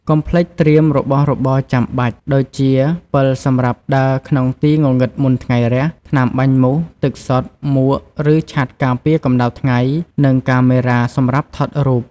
កុំភ្លេច ត្រៀមរបស់របរចាំបាច់ ដូចជាពិលសម្រាប់ដើរក្នុងទីងងឹតមុនថ្ងៃរះ, ថ្នាំបាញ់មូស, ទឹកសុទ្ធ, មួក ឬឆ័ត្រការពារកម្ដៅថ្ងៃ, និងកាមេរ៉ា សម្រាប់ថតរូប។